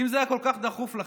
אם זה היה כל כך דחוף לכם,